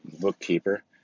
bookkeeper